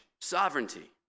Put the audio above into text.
sovereignty